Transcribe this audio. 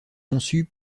conçue